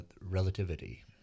relativity